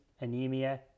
anemia